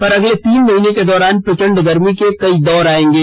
पर अगले तीन महीने के दौरान प्रचंड गर्मी के कई दौर आएंगे